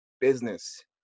business